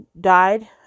died